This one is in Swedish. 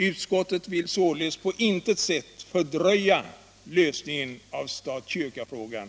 Utskottet vill således på intet sätt fördröja lösningen av stat-kyrka-frågan,